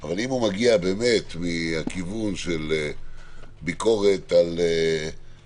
אבל אם הוא מגיע באמת מהכיוון של ביקורת על השירות,